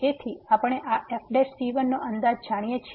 તેથી આપણે આ f નો અંદાજ જાણીએ છીએ